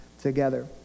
together